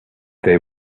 they